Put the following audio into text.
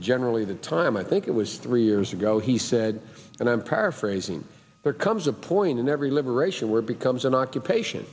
generally the time i think it was three years ago he said and i'm paraphrasing there comes a point in every liberation war becomes an occupation